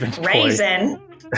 raisin